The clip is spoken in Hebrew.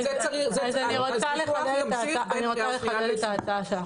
אני רוצה לחדד את ההצעה.